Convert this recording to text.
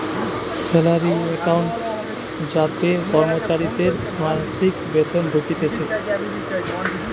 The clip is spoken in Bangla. স্যালারি একাউন্ট যাতে কর্মচারীদের মাসিক বেতন ঢুকতিছে